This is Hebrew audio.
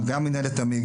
גם מנהלת עמ"י,